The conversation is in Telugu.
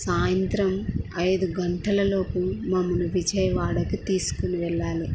సాయంత్రం ఐదు గంటలలోపు మమ్మల్ని విజయవాడకి తీసుకుని వెళ్ళాలి